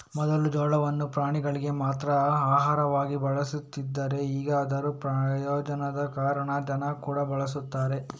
ಮೊದ್ಲು ಜೋಳವನ್ನ ಪ್ರಾಣಿಗಳಿಗೆ ಮಾತ್ರ ಆಹಾರವಾಗಿ ಬಳಸ್ತಿದ್ರೆ ಈಗ ಅದರ ಪ್ರಯೋಜನದ ಕಾರಣ ಜನ ಕೂಡಾ ಬಳಸ್ತಾರೆ